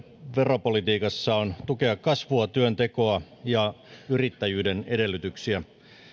veropolitiikassa on tukea kasvua työntekoa ja yrittäjyyden edellytyksiä